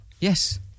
Yes